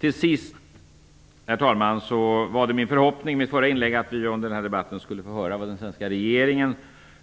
Till sist, herr talman, var det min förhoppning i det förra inlägget att vi under den här debatten skulle få höra vad den svenska regeringen